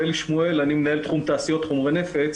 אני מנהל תחום תעשיות חומרי נפץ